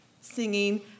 singing